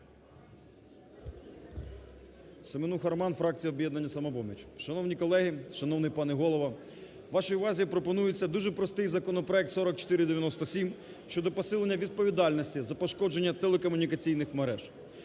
Семенуха Роман, фракція "Об'єднання "Самопоміч". Шановні колеги, шановний пане Голово! Вашій увазі пропонується дуже простий законопроект 4497 щодо посилення відповідальності за пошкодження телекомунікаційних мереж.